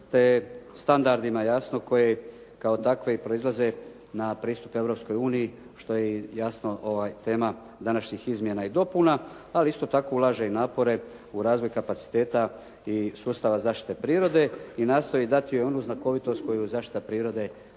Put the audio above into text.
te standardima jasno koji kao takvi i proizlaze na pristup Europskoj uniji što je i jasno tema današnjih izmjena i dopuna, ali isto tako ulaže i napore u razvoj kapaciteta i sustava zaštite prirode i nastoji dati joj onu znakovitost koju zaštita prirode